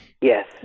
Yes